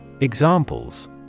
Examples